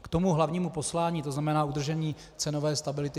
K tomu hlavnímu poslání, tzn. udržení cenové stability.